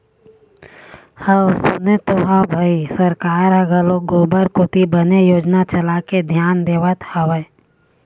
हव सुने तो हव भई सरकार ह घलोक गोबर कोती बने योजना चलाके धियान देवत हवय